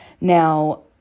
Now